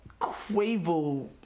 Quavo